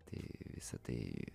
tai visą tai